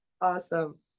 awesome